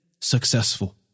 successful